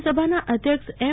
રાજ્યસભાના અધ્યક્ષ એમ